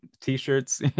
t-shirts